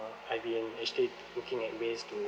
I been actually looking at ways to